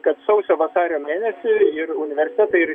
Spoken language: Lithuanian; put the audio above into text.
kad sausio vasario mėnesį ir universitetai ir